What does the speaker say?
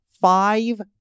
five